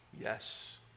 Yes